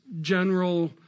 general